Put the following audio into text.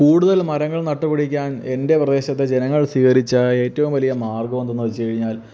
കൂടുതൽ മരങ്ങൾ നട്ടു പിടിക്കാൻ എൻ്റെ പ്രദേശത്തെ ജനങ്ങൾ സ്വീകരിച്ച ഏറ്റോം വലിയ മാർഗ്ഗമെന്തെന്ന് വച്ച് കഴിഞ്ഞാൽ